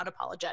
unapologetic